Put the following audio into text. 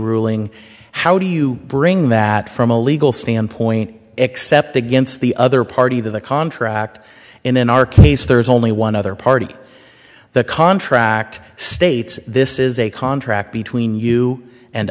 ruling how do you bring that from a legal standpoint except against the other party to the contract and in our case there is only one other party that contract states this is a contract between you and